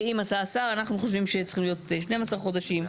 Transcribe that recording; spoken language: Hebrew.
ואם עשה השר אנחנו חושבים שצריכים להיות 12 חודשים.